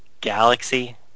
galaxy